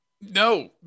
No